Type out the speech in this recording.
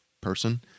person